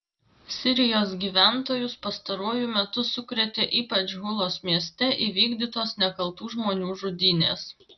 sirijos gyventojus pastaruoju metu sukrėtė ypač hulos mieste įvykdytos nekaltų žmonių žudynės